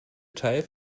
teil